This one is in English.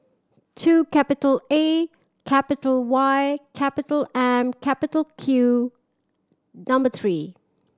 two capital A capital Y capital M capital Q number three